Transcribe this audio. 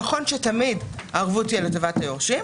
נכון שתמיד הערבות תהיה לטובת היורשים,